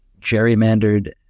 gerrymandered